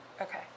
Okay